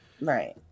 right